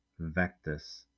Vectus